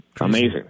Amazing